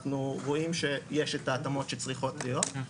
אנחנו רואים שיש התאמות שצריכות להיות.